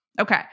Okay